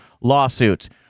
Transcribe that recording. lawsuits